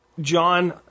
John